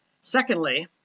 Secondly